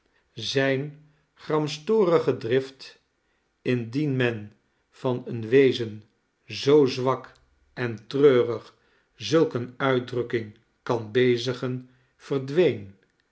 zijne gramstorige drift indien men van een wezen zoo zwak en treurig zulk eene uitdrukking kan bezigen verdween